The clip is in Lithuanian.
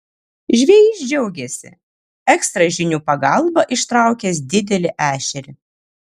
žvejys džiaugėsi ekstra žinių pagalba ištraukęs didelį ešerį